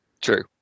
True